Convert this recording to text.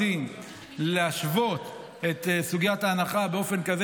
רוצים להשוות את סוגית ההנחה באופן כזה